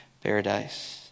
paradise